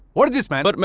what is this man? but but